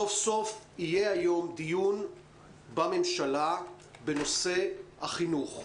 סוף-סוף יהיה היום דיון בממשלה בנושא החינוך.